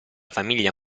famiglia